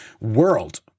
world